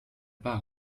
pas